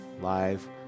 live